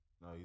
No